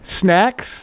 Snacks